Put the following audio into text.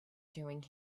doing